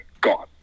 gone